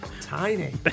Tiny